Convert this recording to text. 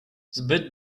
zbyt